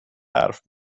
حرف